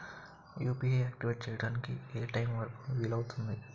UPI activate చెయ్యడానికి ఏ time వరుకు వీలు అవుతుంది?